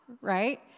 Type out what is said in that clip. Right